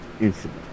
incident